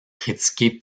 critiqué